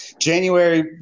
January